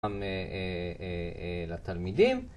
אה, אה, אה, לתלמידים.